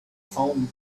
found